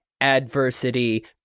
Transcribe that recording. adversity